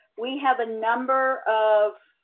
we have a number of,